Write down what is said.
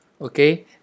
okay